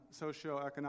socioeconomic